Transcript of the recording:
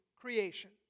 creation